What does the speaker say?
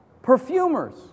perfumers